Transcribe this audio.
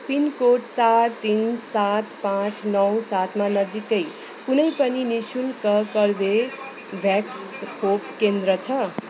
pin code चार तिन सात पाँच नौ सातमा नजिकै कुनै पनि नि शुल्क कर्बेभ्याक्स खोप केन्द्र छ